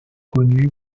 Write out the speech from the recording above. connu